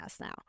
now